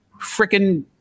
freaking